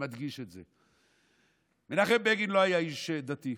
ומדגיש את זה: מנחם בגין לא היה איש דתי,